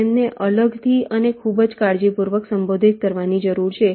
તેમને અલગથી અને ખૂબ જ કાળજીપૂર્વક સંબોધિત કરવાની જરૂર છે